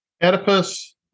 Oedipus